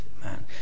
man